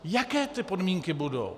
Jaké ty podmínky budou?